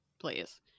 Please